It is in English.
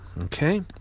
Okay